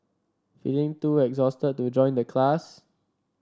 feeling too exhausted to join the class